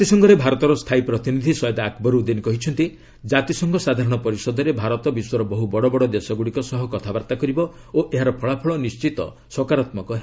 ଜାତିସଂଘରେ ଭାରତର ସ୍ଥାୟୀ ପ୍ରତିନିଧି ସୟେଦ୍ ଆକବରଉଦ୍ଦିନ୍ କହିଛନ୍ତି କାତିସଂଘ ସାଧାରଣ ପରିଷଦରେ ଭାରତ ବିଶ୍ୱର ବହ୍ର ବଡ଼ ବଡ଼ ଦେଶଗ୍ରଡ଼ିକ ସହ କଥାବର୍ତ୍ତା କରିବ ଓ ଏହାର ଫଳାଫଳ ନିଶ୍ଚିନ୍ତ ସକାରାତ୍କକ ହେବ